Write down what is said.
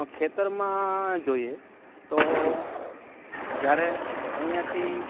ખેતરમાં જોઈએ તો જ્યારે અઈયાથી